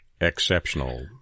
Exceptional